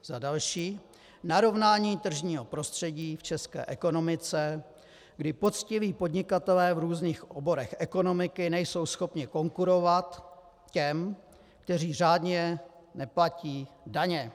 Za další: narovnání tržního prostředí v české ekonomice, kdy poctiví podnikatelé v různých oborech ekonomiky nejsou schopni konkurovat těm, kteří řádně neplatí daně.